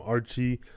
Archie